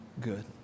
good